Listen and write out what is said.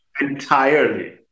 Entirely